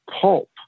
pulp